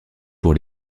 pour